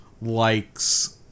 likes